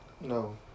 No